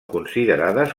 considerades